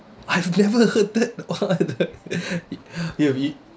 I've never heard that what is that you have eat